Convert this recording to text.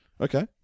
Okay